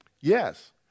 Yes